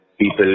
people